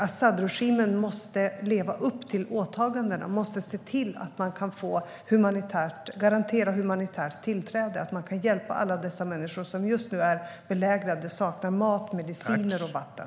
Asadregimen måste leva upp till åtagandena och se till att garantera humanitärt tillträde så att man kan hjälpa alla dessa människor som just nu är belägrade och saknar mat, mediciner och vatten.